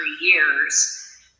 years